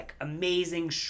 amazing